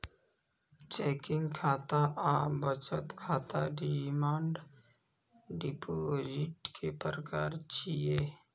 checking खाता आ बचत खाता डिमांड डिपोजिट के प्रकार छियै